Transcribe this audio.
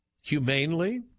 humanely